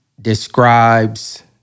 describes